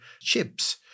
ships